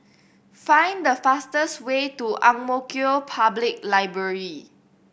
find the fastest way to Ang Mo Kio Public Library